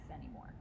anymore